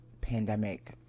pandemic